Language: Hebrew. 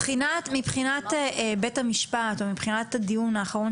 מבחינת בית המשפט או מבחינת הדיון האחרון